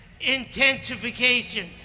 intensification